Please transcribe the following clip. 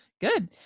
Good